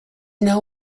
know